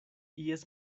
ies